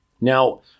Now